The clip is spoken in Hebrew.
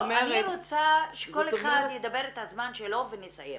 אני רוצה שכל ידבר את הזמן שלו ונסיים.